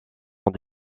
sans